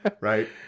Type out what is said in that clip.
Right